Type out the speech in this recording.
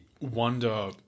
wonder